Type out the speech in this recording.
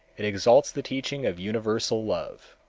it exalts the teaching of universal love.